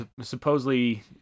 supposedly